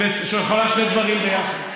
אישה יכולה, יכולה שני דברים ביחד.